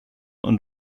und